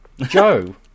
Joe